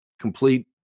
complete